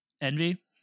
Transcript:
Envy